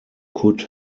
could